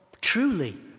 truly